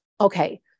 okay